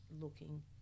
looking